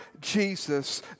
Jesus